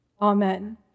Amen